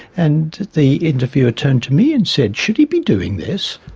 and the interviewer turned to me and said, should he be doing this?